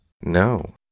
No